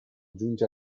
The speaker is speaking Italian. giunge